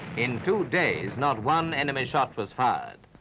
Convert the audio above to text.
in two days, not one enemy shot was fired.